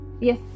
Yes